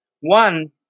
One